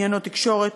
שעניינו תקשורת,